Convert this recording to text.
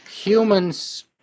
humans